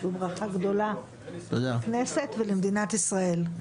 זו ברכה גדולה לכנסת ולמדינת ישראל.